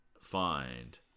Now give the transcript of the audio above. find